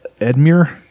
Edmure